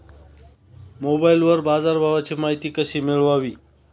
मोबाइलवर बाजारभावाची माहिती कशी मिळवावी?